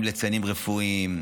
עם ליצנים רפואיים,